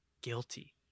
guilty